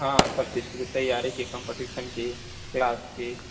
हाँ सब चीज़ की भी तैयारी की कॉम्पिटिशन की क्लास की